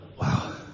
Wow